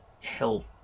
help